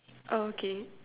oh okay